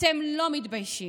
אתם לא מתביישים.